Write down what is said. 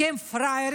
כי הם פראיירים,